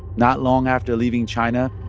not long after leaving china,